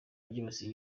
byibasiye